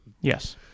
Yes